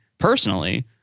personally